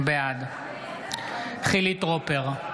בעד חילי טרופר,